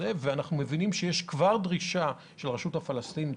ואנחנו מבינים שיש כבר דרישה של הרשות הפלסטינית,